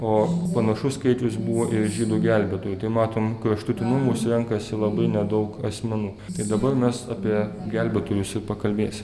o panašus skaičius buvo ir žydų gelbėtojų tai matom kraštutinumus renkasi labai nedaug asmenų tai dabar mes apie galbėtojus ir pakalbėsim